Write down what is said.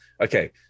okay